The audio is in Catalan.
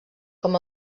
com